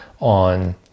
on